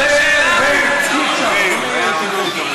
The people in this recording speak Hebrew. דב חנין, אל תעשה את זה, זה לא מתאים לך.